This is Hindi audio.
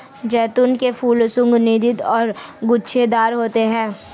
जैतून के फूल सुगन्धित और गुच्छेदार होते हैं